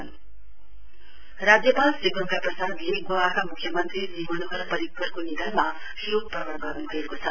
condolence राज्यपाल श्री गंगा प्रसादले गोवाका मुख्यमन्त्री श्री मनोहर परिवकरको निधानमा शोक प्रकट गर्नुभएको छ